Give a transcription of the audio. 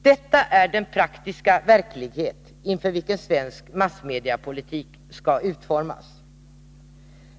Detta är den praktiska verklighet i vilken svensk massmediepolitik skall utformas.